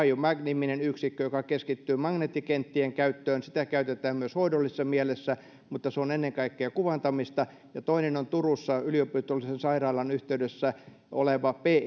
biomag niminen yksikkö joka keskittyy magneettikenttien käyttöön niitä käytetään myös hoidollisessa mielessä mutta käyttö on ennen kaikkea kuvantamista toinen on turussa yliopistollisen sairaalan yhteydessä oleva pet